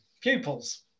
pupils